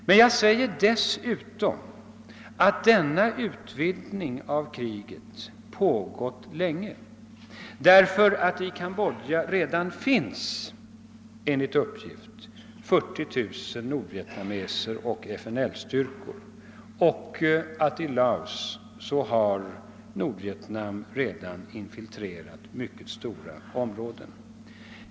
Men jag säger dessutom att denna utvidgning av kriget pågått länge, därför att i Kambodja redan finns enligt uppgift 40000 man nordvietnameser och FNL-styrkor och därför att Nordvietnam redan har infiltrerat mycket stora områden i Laos.